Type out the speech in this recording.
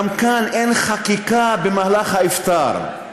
גם כאן אין חקיקה במהלך האפטאר.